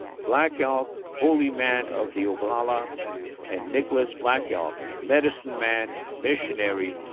black elk holy man of the oglala and nicholas black elk medicine man, missionary,